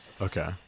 Okay